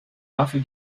dafür